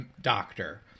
Doctor